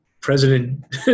President